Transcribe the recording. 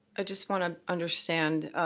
just want to understand.